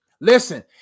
listen